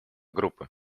группы